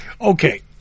okay